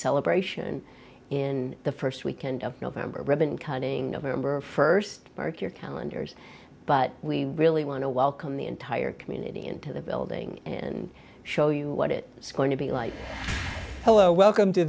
celebration in the st weekend of november ribbon cutting member st mark your calendars but we really want to welcome the entire community into the building and show you what it is going to be like hello welcome to